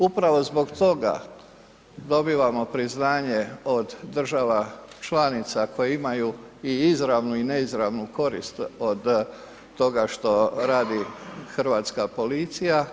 Upravo zbog toga dobivamo priznanje od država članica koje imaju i izravnu i neizravnu korist od toga što radi hrvatska policija.